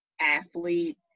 athlete